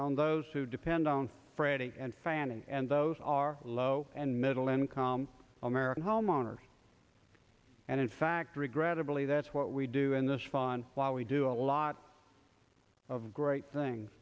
on those who depend on freddie and fannie and those are low and middle income american homeowners and in fact regrettably that's what we do in this fun while we do a lot of great things